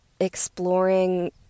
exploring